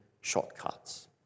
shortcuts